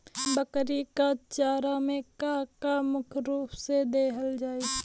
बकरी क चारा में का का मुख्य रूप से देहल जाई?